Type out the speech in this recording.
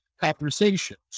conversations